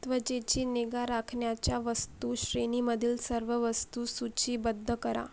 त्वचेची निगा राखण्याच्या वस्तू श्रेणीमधील सर्व वस्तू सूचीबद्ध करा